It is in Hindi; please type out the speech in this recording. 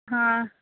हाँ